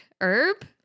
Herb